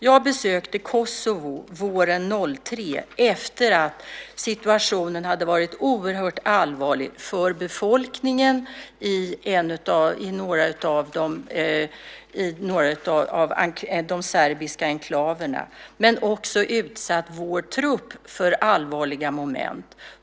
Jag besökte Kosovo våren 2003 efter det att situationen hade varit oerhört allvarlig för befolkningen i några av de serbiska enklaverna men som också hade utsatt vår trupp för allvarliga moment.